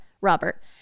Robert